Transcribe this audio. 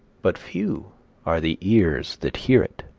but few are the ears that hear it.